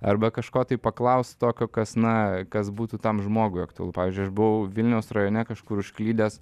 arba kažko tai paklaust tokio kas na kas būtų tam žmogui aktualu pavyzdžiui aš buvau vilniaus rajone kažkur užklydęs